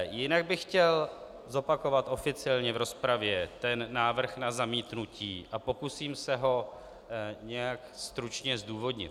Jinak bych chtěl zopakovat oficiálně v rozpravě návrh na zamítnutí a pokusím se ho nějak stručně zdůvodnit.